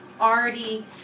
already